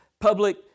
public